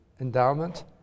endowment